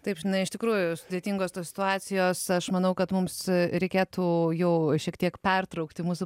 taip žinai iš tikrųjų sudėtingos situacijos aš manau kad mums reikėtų jau šiek tiek pertraukti mūsų